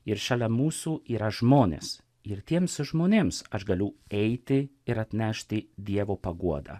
ir šalia mūsų yra žmonės ir tiems žmonėms aš galiu eiti ir atnešti dievo paguodą